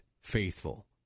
faithful